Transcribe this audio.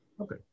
Okay